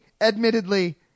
admittedly